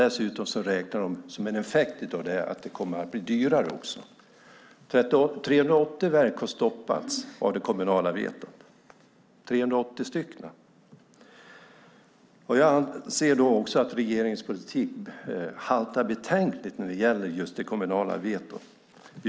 Dessutom räknar de med att en effekt av det här är att det kommer att bli dyrare. 380 verk har stoppats av det kommunala vetot. Jag anser att regeringens politik haltar betänkligt när det gäller just det kommunala vetot.